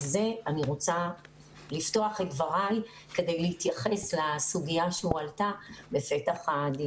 אז אני רוצה לפתוח את דברי כדי להתייחס לסוגיה שהועלתה בפתח הדיון.